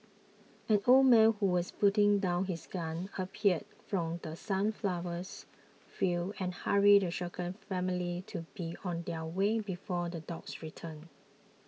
an old man who was putting down his gun appeared from The Sunflowers fields and hurried the shaken family to be on their way before the dogs return